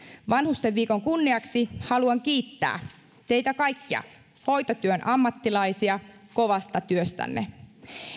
vanhustenviikon kunniaksi haluan kiittää teitä kaikkia hoitotyön ammattilaisia kovasta työstänne